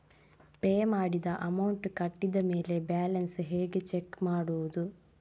Pay ಮಾಡಿದ amount ಕಟ್ಟಿದ ಮೇಲೆ ಬ್ಯಾಲೆನ್ಸ್ ಹೇಗೆ ಚೆಕ್ ಮಾಡುವುದು?